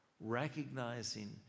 recognizing